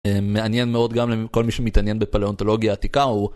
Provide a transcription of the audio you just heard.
מעניין מאוד גם לכל מי שמתעניין בפלאונטולוגיה עתיקה הוא.